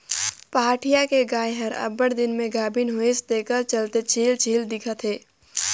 पहाटिया के गाय हर अब्बड़ दिन में गाभिन होइसे तेखर चलते छिहिल छिहिल दिखत हे